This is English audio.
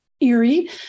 eerie